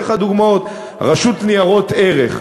אני אתן לך דוגמאות: הרשות לניירות ערך,